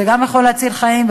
זה גם יכול להציל חיים,